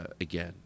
again